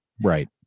Right